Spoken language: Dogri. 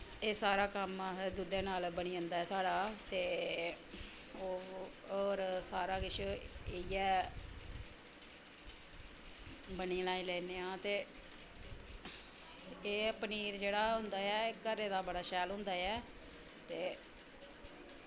एह् सारा कम्म अस दुद्धै नाल बनी जंदा ऐ साढ़ा ते होर सारा किश इ'यै बनाई लैने आं ते एह् पनीर जेह्ड़ा होंदा ऐ एह् घरै दा बड़ा शैल होंदा ऐ ते